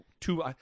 two